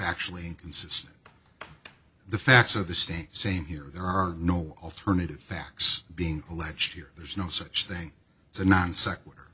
factually consistent the facts of the stand same here there are no alternative facts being alleged here there's no such thing as a non se